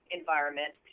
environment